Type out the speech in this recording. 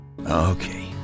Okay